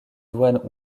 douanes